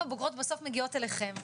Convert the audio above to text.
אם הבוגרות בסוף מגיעות אליכם,